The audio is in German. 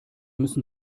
müssen